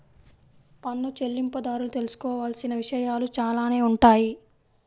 పన్ను చెల్లింపుదారులు తెలుసుకోవాల్సిన విషయాలు చాలానే ఉంటాయి